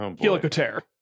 Helicopter